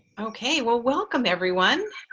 okay, well welcome everyone.